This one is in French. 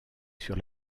sur